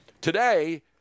Today